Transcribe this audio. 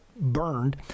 burned